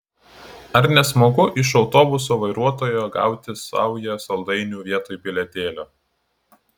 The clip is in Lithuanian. ar ne smagu iš autobuso vairuotojo gauti saują saldainių vietoj bilietėlio